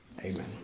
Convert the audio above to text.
amen